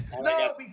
No